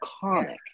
comic